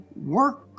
work